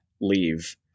leave